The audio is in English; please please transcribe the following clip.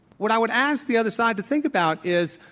what i would ask the other side to think about is,